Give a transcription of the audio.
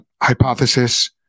hypothesis